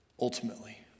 ultimately